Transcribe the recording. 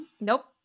Nope